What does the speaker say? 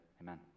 Amen